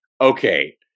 okay